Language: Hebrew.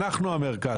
אנחנו המרכז.